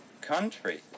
country